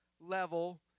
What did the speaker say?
level